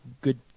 good